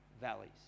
valleys